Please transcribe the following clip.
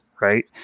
right